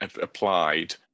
applied